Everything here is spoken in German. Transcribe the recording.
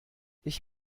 ich